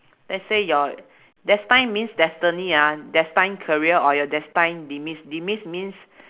let's say your destined means destiny ah destined career or your destined demise demise means